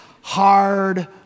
hard